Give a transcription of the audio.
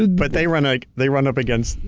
but they run like they run up against,